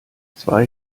zwei